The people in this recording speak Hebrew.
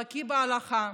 בקיא בהלכה,